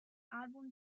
album